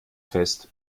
fest